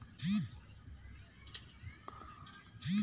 वित्तीय लेनदेन में वारंट कउनो आदमी द्वारा एक लिखित आदेश होला